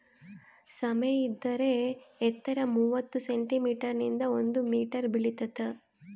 ಸಾಮೆ ಇದರ ಎತ್ತರ ಮೂವತ್ತು ಸೆಂಟಿಮೀಟರ್ ನಿಂದ ಒಂದು ಮೀಟರ್ ಬೆಳಿತಾತ